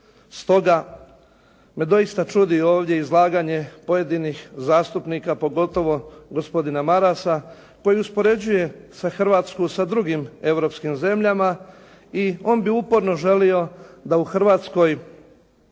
Stoga me doista čudi ovdje izlaganje pojedinih zastupnika pogotovo gospodina Marasa koji uspoređuje Hrvatsku sa drugim europskim zemljama i on bi uporno želio da u Hrvatskoj